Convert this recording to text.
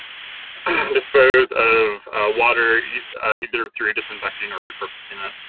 and dispose of water either through disinfecting or repurposing that.